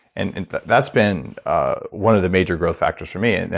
and and that's been one of the major growth factors for me. and